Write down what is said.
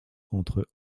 entre